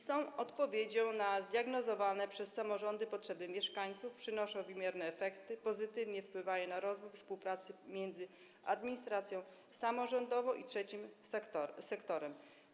Są one odpowiedzią na zdiagnozowane przez samorządy potrzeby mieszkańców, przynoszą wymierne efekty, pozytywnie wpływają na rozwój współpracy między administracją samorządową a trzecim sektorem.